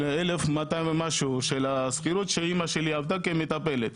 1,200 ומשהו של השכירות שאמא שלי עבדה כמטפלת,